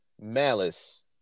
malice